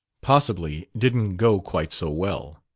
possibly, didn't go quite so well.